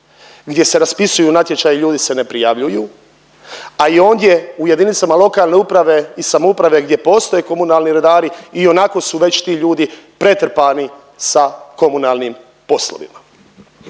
gdje se raspisuju natječaji, ljudi se ne prijavljuju, a i ondje u jedinicama lokalne uprave i samouprave gdje postoje komunalni redari ionako su već ti ljudi pretrpani sa komunalnim poslovima.